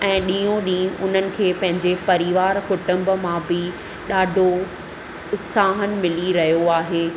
ऐं ॾींहों ॾीहुं उन्हनि खे पंहिंजे परिवार कुटुंब मां बि ॾाढो उत्साह मिली रहियो आहे